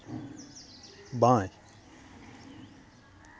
बाएँ